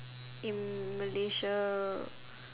in malaysia